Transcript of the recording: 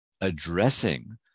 addressing